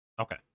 Okay